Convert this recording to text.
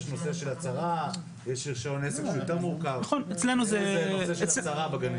יש נושא של הצהרה, יש רישיון עסק שהוא יותר מורכב.